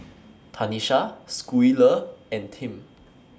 Tanisha Schuyler and Tim